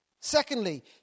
Secondly